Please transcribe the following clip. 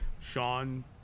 Sean